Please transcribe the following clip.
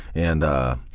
and